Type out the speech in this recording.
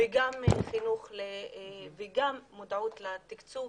וגם מודעות לתקצוב,